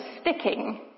sticking